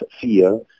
fear